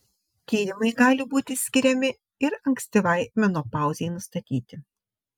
tyrimai gali būti skiriami ir ankstyvai menopauzei nustatyti